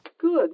Good